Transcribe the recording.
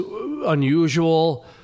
unusual